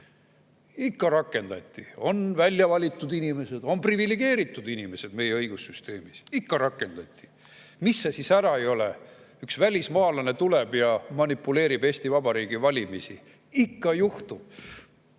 Ikka rakendati! On väljavalitud inimesed, on privilegeeritud inimesed meie õigussüsteemis. Ikka rakendati! Mis see siis ära ei ole! Üks välismaalane tuleb ja manipuleerib Eesti Vabariigi valimisi – ikka juhtub!